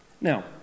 Now